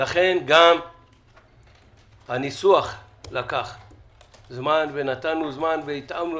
לכן גם הניסוח לקח זמן, ונתנו זמן, והתאמנו,